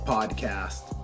Podcast